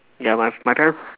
ya my my parents